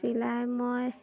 চিলাই মই